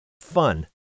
fun